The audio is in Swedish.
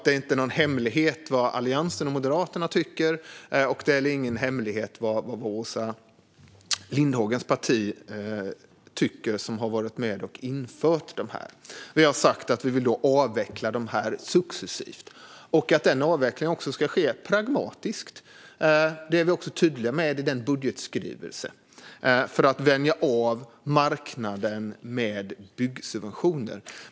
Det är ingen hemlighet vad Alliansen och Moderaterna tycker, och det är heller ingen hemlighet vad Åsa Lindhagens parti tycker, som har varit med och infört dessa. Vi har sagt att vi vill avveckla dessa successivt och att denna avveckling ska ske pragmatiskt för att vänja marknaden av med byggsubventioner.